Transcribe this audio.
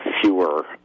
fewer